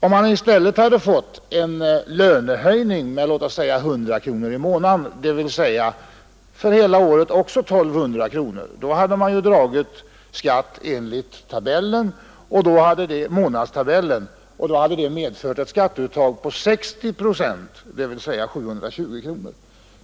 Om han i stället hade fått en löneförhöjning med låt oss säga 100 kronor i månaden, dvs. för hela året också 1 200 kronor, hade man dragit skatt enligt månadstabellen. Det hade medfört ett skatteuttag på 60 procent, dvs. 720 kronor.